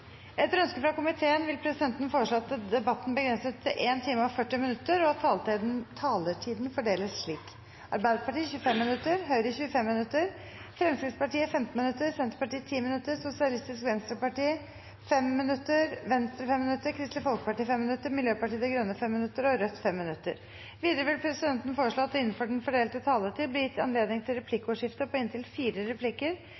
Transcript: Etter ønske fra transport- og kommunikasjonskomiteen vil presidenten foreslå at debatten begrenses til 1 time og 40 minutter, og at taletiden fordeles slik: Arbeiderpartiet 25 minutter, Høyre 25 minutter, Fremskrittspartiet 15 minutter, Senterpartiet 10 minutter, Sosialistisk Venstreparti 5 minutter, Venstre 5 minutter, Kristelig Folkeparti 5 minutter, Miljøpartiet De Grønne 5 minutter og Rødt 5 minutter. Videre vil presidenten foreslå at det – innenfor den fordelte taletid – blir gitt anledning til